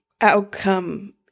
outcome